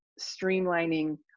streamlining